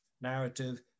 narrative